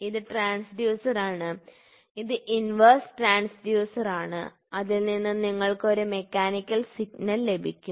ഇത് ട്രാൻസ്ഡ്യൂസർ ആണ് ഇത് ഇൻവെർസ് ട്രാൻസ്ഫ്യൂസറാണ് അതിൽ നിന്ന് നിങ്ങൾക്ക് ഒരു മെക്കാനിക്കൽ സിഗ്നൽ ലഭിക്കും